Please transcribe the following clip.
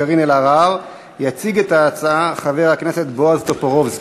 הרכבה וסדרי עבודתה) עברה ותועבר להמשך טיפול בוועדת הכלכלה.